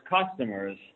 customers